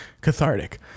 cathartic